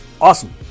Awesome